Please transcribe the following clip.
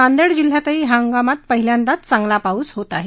नांदेड जिल्ह्यातही या हंगामात पहिल्यांदाच चांगला पाऊस होत आहे